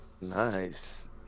Nice